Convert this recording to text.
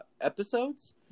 episodes